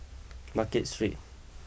Market Street